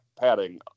padding